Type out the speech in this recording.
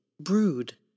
Brood